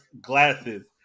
glasses